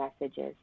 messages